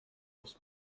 was